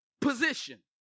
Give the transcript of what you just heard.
position